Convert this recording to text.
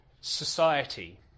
society